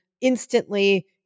instantly